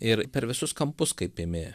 ir per visus kampus kaip imi